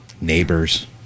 Neighbors